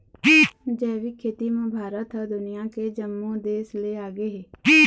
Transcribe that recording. जैविक खेती म भारत ह दुनिया के जम्मो देस ले आगे हे